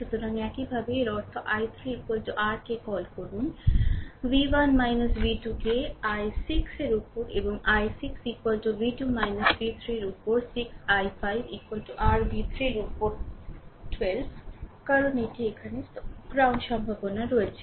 সুতরাং একইভাবে এর অর্থ i3 r কে কল করুন v1 v2 কে i6 এর উপরে এবং i6 v2 v3 উপর 6 i5 r v 3 উপর 12 কারণ এটি এখানে গ্রাউন্ড পোটেনশিয়াল রয়েছে